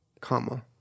Comma